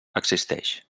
existeix